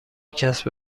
کسب